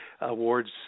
awards